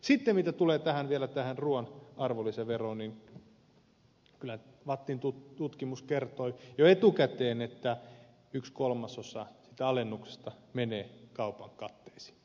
sitten mitä tulee vielä tähän ruuan arvonlisäveroon niin kyllä vattin tutkimus kertoi jo etukäteen että yksi kolmasosa siitä alennuksesta menee kaupan katteisiin